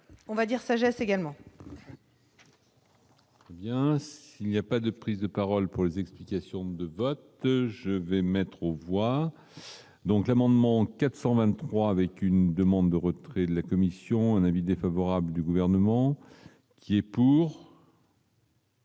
on va dire sagesse également. Bien, il n'y a pas de prise de parole pour les explications de vote, je vais mettre au pouvoir. Donc l'amendement 423 avec une demande de retrait de la Commission, un avis défavorable du gouvernement qui est pour.